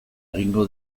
egingo